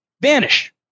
vanish